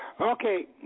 Okay